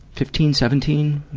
fifteen, seventeen?